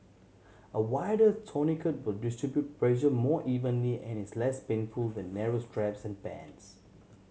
a wider tourniquet will distribute pressure more evenly and is less painful than narrow straps and bands